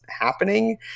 happening